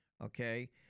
okay